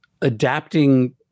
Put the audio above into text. adapting